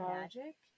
magic